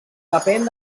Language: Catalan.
depèn